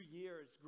years